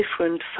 different